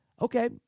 Okay